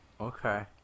Okay